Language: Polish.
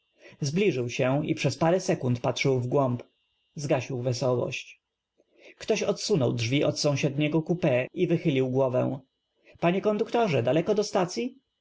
zbliżył się i przez p arę sekund patrzył w głąb zgasił wesołość k toś odsunął drzw i od sąsiedniego coupe i wychylił g ło w ę p anie konduktorze daleko do stacyi